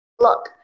look